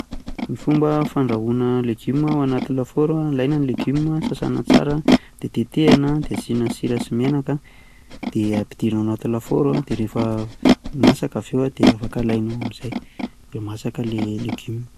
Ny fomba fandrahoana legioma anaty lafaoro a, alaina ny legioma de sasana tsara a de tetehana de asiana sira sy menaka de ampidirina anaty lafaoro a de refa masaka aveo de afaka alainao amzay de masaka le legioma.